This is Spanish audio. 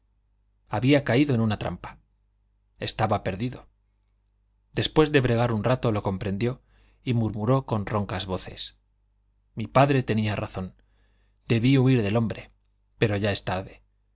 había caído en una trampa estaba perdido murmuró con de bregar un rato lo comprendió y pués debí huir del roncas voces mi padre tenía razón dispuso á morir con hombre pero ya es tarde